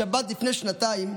בשבת, לפני שנתיים,